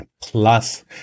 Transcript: Plus